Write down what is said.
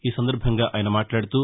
ఈసందర్బంగా ఆయన మాట్లాదుతూ